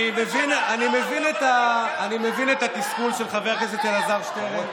אני מבין את התסכול של חבר הכנסת אלעזר שטרן,